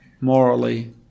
morally